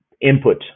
input